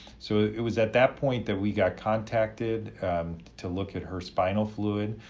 so it was at that point that we got contacted to look at her spinal fluid.